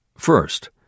First